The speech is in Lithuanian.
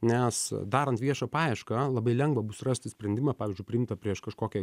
nes darant viešą paiešką labai lengva bus rasti sprendimą pavyzdžiui priimtą prieš kažkokią